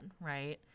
Right